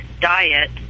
diet